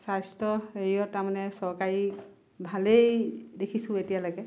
স্বাস্থ্যৰ হেৰিত তাৰমানে চৰকাৰী ভালেই দেখিছোঁ এতিয়ালৈকে